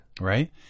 right